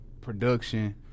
production